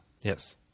Yes